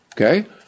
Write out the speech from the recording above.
Okay